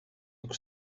look